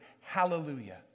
hallelujah